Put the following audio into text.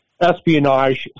espionage